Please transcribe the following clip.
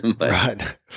Right